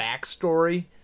backstory